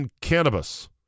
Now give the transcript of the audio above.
cannabis